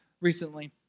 recently